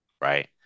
right